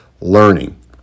learning